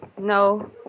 No